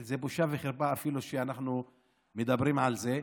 זה בושה וחרפה שאנחנו אפילו מדברים על זה.